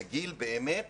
זה גיל באמת